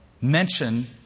mention